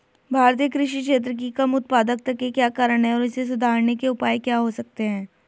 भारतीय कृषि क्षेत्र की कम उत्पादकता के क्या कारण हैं और इसे सुधारने के उपाय क्या हो सकते हैं?